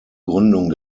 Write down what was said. gründung